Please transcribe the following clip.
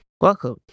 welcome